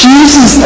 Jesus